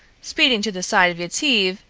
speeding to the side of yetive,